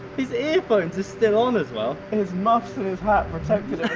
his earphones are still on as well. and his muffs and his hat protected him. it